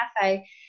cafe